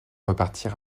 repartir